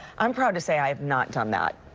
i'm proud to say i've not done that.